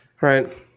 Right